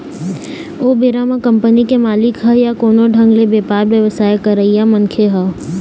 ओ बेरा म कंपनी के मालिक ह या कोनो ढंग ले बेपार बेवसाय करइया मनखे ह